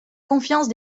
confiance